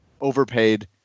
overpaid